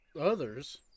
Others